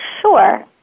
Sure